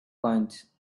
coins